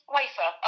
Wafer